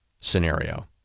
scenario